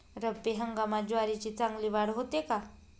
रब्बी हंगामात ज्वारीची चांगली वाढ होते का?